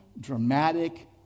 dramatic